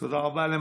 התשפ"ב 2021,